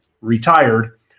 retired